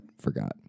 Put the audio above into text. forgot